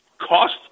Cost